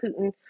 Putin